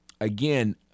again